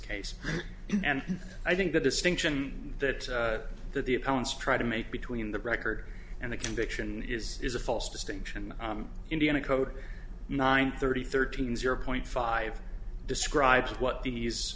case and i think the distinction that that the opponents try to make between the record and the conviction is is a false distinction indiana code nine thirty thirteen zero point five describes what these